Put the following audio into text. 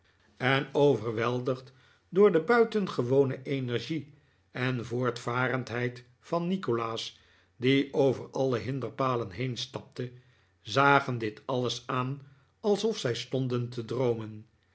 en overweldigd door de buitengewone ehergie en voortvarendheid van nikolaas die over alle hinderpalen heenstapte zagen dit alles aan alsof zij stonden te droomen